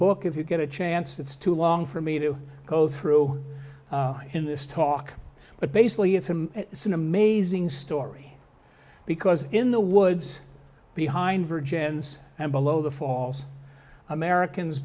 book if you get a chance it's too long for me to go through in this talk but basically it's a it's an amazing story because in the woods behind virgin's and below the falls americans